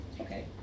Okay